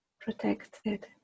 protected